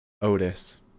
Otis